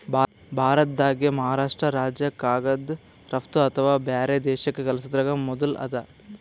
ಭಾರತ್ದಾಗೆ ಮಹಾರಾಷ್ರ್ಟ ರಾಜ್ಯ ಕಾಗದ್ ರಫ್ತು ಅಥವಾ ಬ್ಯಾರೆ ದೇಶಕ್ಕ್ ಕಲ್ಸದ್ರಾಗ್ ಮೊದುಲ್ ಅದ